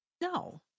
No